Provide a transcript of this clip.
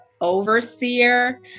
overseer